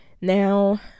Now